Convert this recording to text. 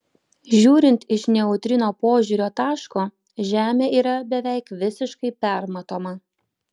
žiūrint iš neutrino požiūrio taško žemė yra beveik visiškai permatoma